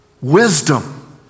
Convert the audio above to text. Wisdom